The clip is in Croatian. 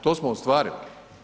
To smo ostvarili.